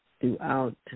throughout